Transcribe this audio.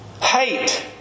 Hate